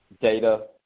data